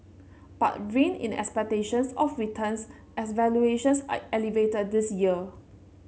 but rein in expectations of returns as valuations are elevated this year